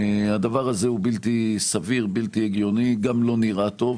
זה בלתי-סביר, בלתי-הגיוני, גם לא נראה טוב.